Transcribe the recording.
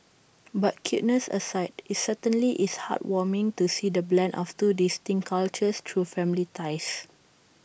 but cuteness aside IT certainly is heart warming to see the blend of two distinct cultures through family ties